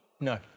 no